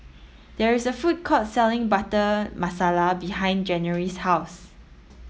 there is a food court selling Butter Masala behind January's house